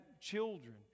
children